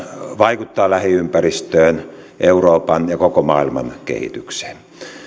vaikuttaa lähiympäristöön euroopan ja koko maailman kehitykseen